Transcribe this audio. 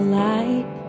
light